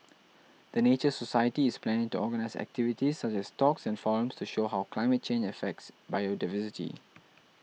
the Nature Society is planning to organise activities such as talks and forums to show how climate change affects biodiversity